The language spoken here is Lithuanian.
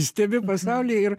stebi pasaulį ir